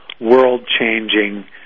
world-changing